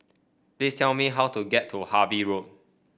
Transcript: please tell me how to get to Harvey Road